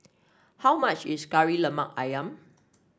how much is Kari Lemak ayam